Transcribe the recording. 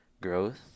growth